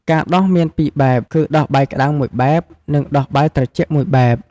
ការដោះមាន ២ បែបគឺ ដោះបាយក្តៅ ១ បែប និងដោះបាយត្រជាក់ ១ បែប។